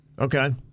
Okay